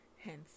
Hence